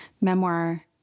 memoir